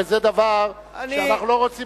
וזה דבר שאנחנו לא רוצים,